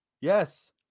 yes